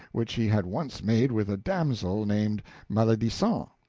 which he had once made with a damsel named maledisant,